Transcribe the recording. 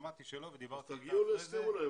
שמעתי שלא ודיברתי איתה אחרי זה --- אז תגיעו להסכם אולי,